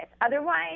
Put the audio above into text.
Otherwise